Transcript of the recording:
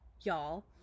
y'all